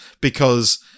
Because-